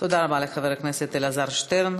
תודה רבה לחבר הכנסת אלעזר שטרן.